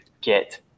get